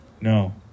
No